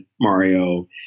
Mario